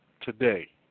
today